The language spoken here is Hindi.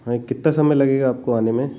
हाँ ये कितना समय लगेगा आपको आने में